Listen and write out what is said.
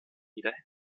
jeder